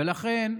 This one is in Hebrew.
ולכן,